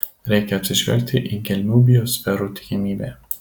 reikia atsižvelgti į gelmių biosferų tikimybę